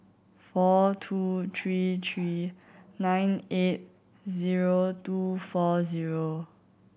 four two three three nine eight zero two four zero